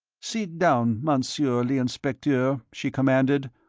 sit down, monsieur l'inspecteur, she commanded,